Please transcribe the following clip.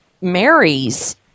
marries